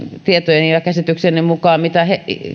tietojeni ja käsitykseni mukaan mitä